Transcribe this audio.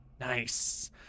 nice